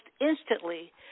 instantly